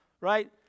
right